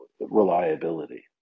reliability